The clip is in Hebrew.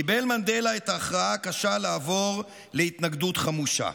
קיבל מנדלה את ההכרעה הקשה לעבור להתנגדות חמושה.